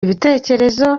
ibitekerezo